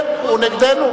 כן, הוא נגדנו.